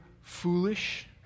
foolish